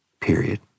period